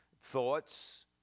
Thoughts